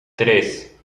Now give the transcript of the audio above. tres